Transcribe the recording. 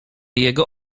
jego